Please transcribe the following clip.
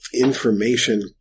information